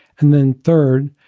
and then third,